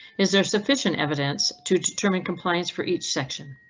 is there sufficient evidence to determine compliance for each section?